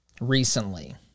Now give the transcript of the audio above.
recently